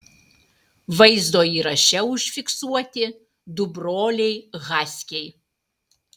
vaizdo įraše užfiksuoti du broliai haskiai